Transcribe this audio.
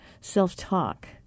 self-talk